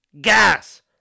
Gas